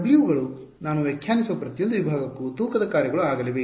W ಗಳು ನಾನು ವ್ಯಾಖ್ಯಾನಿಸುವ ಪ್ರತಿಯೊಂದು ವಿಭಾಗಕ್ಕೂ ತೂಕದ ಕಾರ್ಯಗಳು ಆಗಲಿವೆ